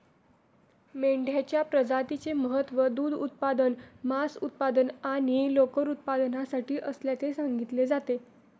मेंढ्यांच्या प्रजातीचे महत्त्व दूध उत्पादन, मांस उत्पादन आणि लोकर उत्पादनासाठी असल्याचे सांगितले जाते